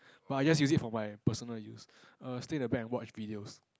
but I just use it for my personal use err stay in the bank and watch videos